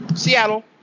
Seattle